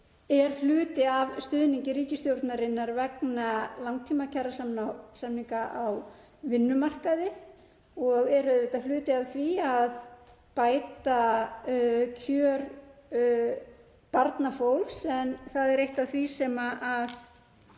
er hluti af stuðningi ríkisstjórnarinnar vegna langtímakjarasamninga á vinnumarkaði og er auðvitað hluti af því að bæta kjör barnafólks en það er eitt af því sem